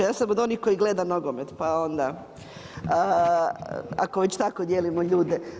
Ja sam od onih koja gleda nogomet, pa onda ako već tako dijelimo ljude.